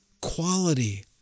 quality